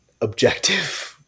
objective